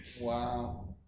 Wow